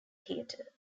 theater